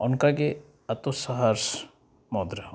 ᱚᱱᱠᱟᱜᱮ ᱟᱛᱳ ᱥᱟᱦᱟᱨ ᱢᱩᱫᱽᱨᱮ ᱦᱚᱸ